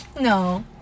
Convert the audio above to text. No